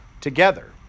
together